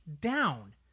down